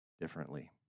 differently